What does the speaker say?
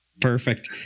Perfect